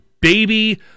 baby